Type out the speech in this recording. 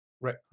right